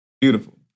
Beautiful